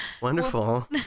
Wonderful